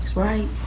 right.